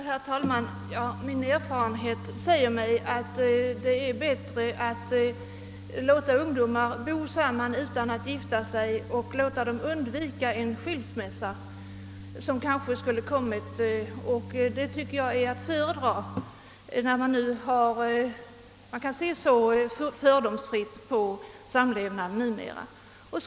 Herr talman! Min erfarenhet säger mig att det är bättre att låta ungdomar bo samman utan att gifta sig och undvika den skilsmässa, som kanske skulle ha kommit. När man numera kan se så fördomsfritt på samlevnaden, tycker jag att detta är att föredra.